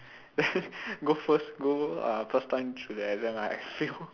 then go first go uh first time to the exam right I fail